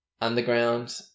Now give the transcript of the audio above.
underground